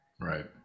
Right